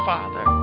Father